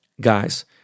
guys